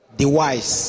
device